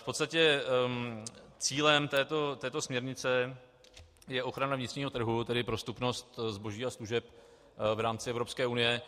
V podstatě cílem této směrnice je ochrana vnitřního trhu, tedy prostupnost zboží a služeb v rámci Evropské unie.